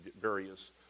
various